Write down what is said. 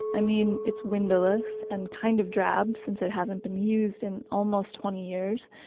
i mean, it's windowless and kind of drabs since it hasn't been used in almost twenty years.